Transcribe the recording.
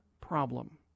problem